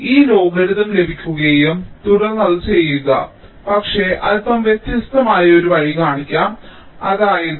നിങ്ങൾക്ക് ആ ലോഗരിതം ലഭിക്കുകയും തുടർന്ന് അത് ചെയ്യുക പക്ഷേ ഞാൻ അല്പം വ്യത്യസ്തമായ ഒരു വഴി കാണിക്കും അതായത്